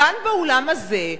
כאן באולם הזה,